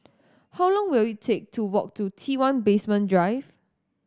how long will it take to walk to T One Basement Drive